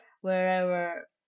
wherever